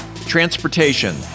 transportation